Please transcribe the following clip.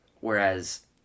whereas